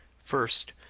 first,